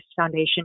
Foundation